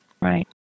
Right